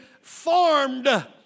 formed